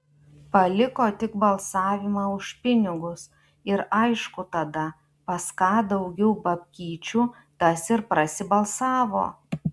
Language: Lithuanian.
paliko tik balsavimą už pinigus ir aišku tada pas ką daugiau babkyčių tas ir prasibalsavo